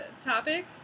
topic